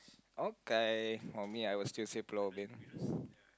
okay for me I will still say Pulau-Ubin